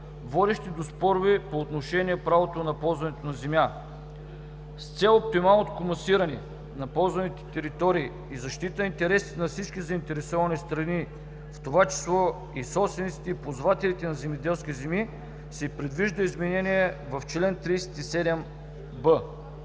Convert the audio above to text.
водещи до спорове по отношение правото на ползване на земя. С цел оптималното комасиране на ползваните територии и защитата на интересите на всички заинтересовани страни, в това число и собствениците, и ползвателите на земеделски земи, се предвижда изменение в чл. 37б.